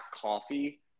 coffee